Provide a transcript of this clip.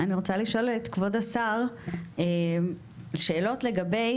אני רוצה לשאול את כבוד השר שאלות לגבי